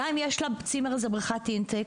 גם אם יש לצימר הזה בריכת intex,